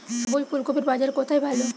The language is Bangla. সবুজ ফুলকপির বাজার কোথায় ভালো?